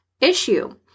issue